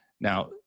Now